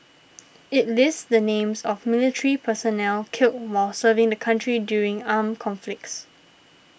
it lists the names of military personnel killed while serving the country during armed conflicts